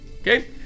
okay